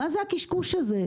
מה זה הקשקוש הזה?